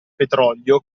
petrolio